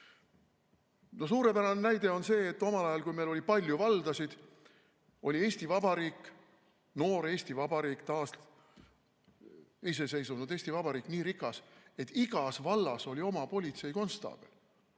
Suurepärane näide on see, et omal ajal, kui meil oli palju valdasid, oli Eesti Vabariik, noor Eesti Vabariik, taasiseseisvunud Eesti Vabariik nii rikas, et igas vallas oli oma politseikonstaabel.